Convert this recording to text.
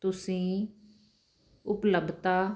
ਤੁਸੀਂ ਉਪਲੱਬਧਤਾ